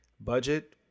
Budget